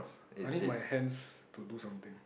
I need my hands to do something